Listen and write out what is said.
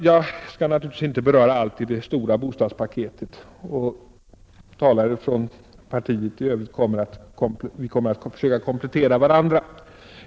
Jag skall naturligtvis inte beröra allt i det stora bostadspaketet — vi som talar för moderata samlingspartiet i den här debatten tänker försöka komplettera varandra.